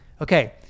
Okay